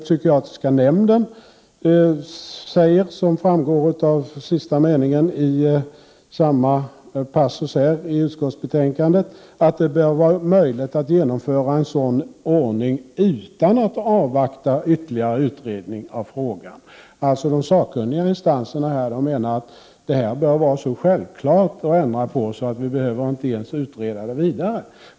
Psykiatriska nämnden säger, som framgår av sista meningen i denna passus av utskottsbetänkandet, att det bör vara möjligt att genomföra en sådan ordning utan att avvakta ytterligare utredning av frågan. De sakkunniga instanserna menar alltså att det är så självklart att ändra på detta att vi inte ens behöver utreda det vidare.